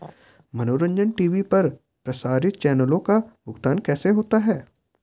मनोरंजन टी.वी पर प्रसारित चैनलों का भुगतान कैसे होता है?